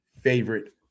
favorite